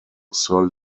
sir